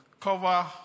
cover